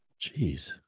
Jeez